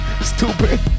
Stupid